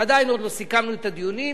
שעדיין לא סיכמנו את הדיון,